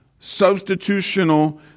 substitutional